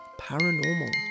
paranormal